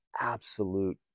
absolute